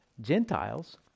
Gentiles